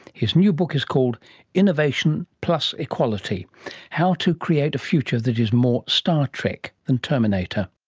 his new book is called innovation plus equality how to create a future that is more star trek than terminator